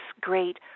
great